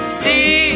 see